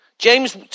James